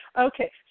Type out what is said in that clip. Okay